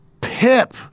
Pip